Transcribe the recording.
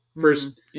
first